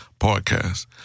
podcast